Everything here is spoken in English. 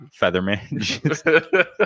featherman